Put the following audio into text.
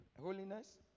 holiness